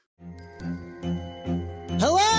Hello